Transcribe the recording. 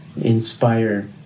inspire